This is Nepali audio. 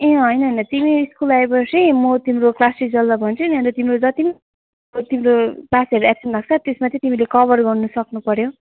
ए अँ होइन होइन तिमी स्कुल आएपछि म तिम्रो क्लास टिचरलाई भन्छु नि अनि त तिम्रो जति पनि तिम्रो क्लासहरू एब्सेन्ट भएको छ त्यो कभर गर्नु सक्नुपऱ्यो